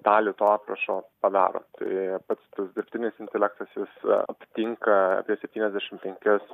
dalį to aprašo padaro tai pats tas dirbtinis intelektas jis aptinka apie septyniasdešim penkias